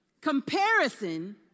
comparison